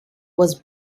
was